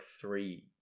three